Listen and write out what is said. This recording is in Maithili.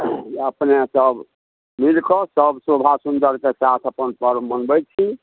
अपनेसब मिलिकऽ सब शोभा सुन्दरके साथ अपन पर्व मनबै छी